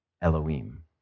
Elohim